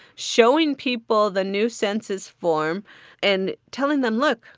showing people the new census form and telling them, look,